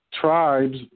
tribes